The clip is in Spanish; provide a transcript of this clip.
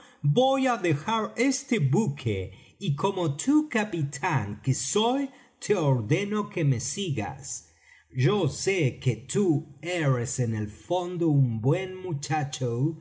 voy á dejar este buque y como tu capitán que soy te ordeno que me sigas yo sé que tú eres en el fondo un buen muchacho